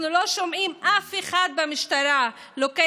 אנחנו לא שומעים על אף אחד במשטרה שלוקח